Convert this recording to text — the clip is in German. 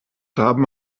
haben